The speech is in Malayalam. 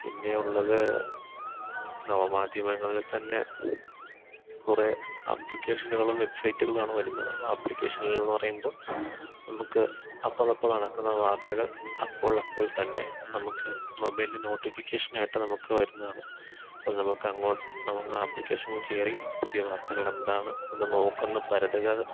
പിന്നെ ഉള്ളത് നവമാധ്യമങ്ങളില് തന്നെ കുറേ ആപ്ലിക്കേഷനുകളും വെബ്സൈറ്റുകളുമാണു വരുന്നത് ആപ്ലിക്കേഷനലിൽ എന്നു പറയുമ്പോൾ നമ്മുക്ക് അപ്പോഴപ്പോള് നടക്കുന്ന വാർത്തകൾ അപ്പോഴപ്പോൾ തന്നെ നമ്മുക്ക് മൊബൈലില് നോട്ടിഫിക്കേഷനായിട്ട് നമുക്ക് വരുന്നതാണ് ഇപ്പോൾ നമുക്ക് നമ്മള് ആപ്ലിക്കേഷനിൽ കയറി പുതിയ വാർത്തകളെന്താണ് എന്നു നോക്കുന്ന പരതുക